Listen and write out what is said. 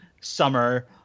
summer